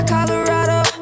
Colorado